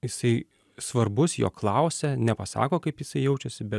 jisai svarbus jo klausia nepasako kaip jisai jaučiasi bet